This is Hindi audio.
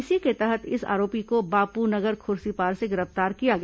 इसी के तहत इस आरोपी को बापू नगर खुर्सीपार से गिरफ्तार किया गया